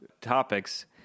topics